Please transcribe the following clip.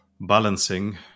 balancing